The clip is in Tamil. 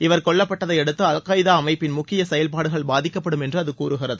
இவர் கொல்லப்பட்டதைபடுத்து அல் கொய்தா அமைப்பின் முக்கிய செயல்பாடுகள் பாதிக்கப்படும் என்று அது கூறுகிறது